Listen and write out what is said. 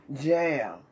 jam